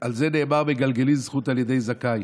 על זה נאמר: מגלגלין זכות על ידי זכאי,